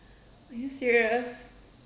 are you serious